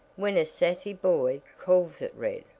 when a sassy boy calls it red,